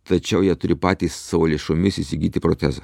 tačiau jie turi patys savo lėšomis įsigyti protezą